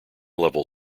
level